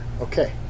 Okay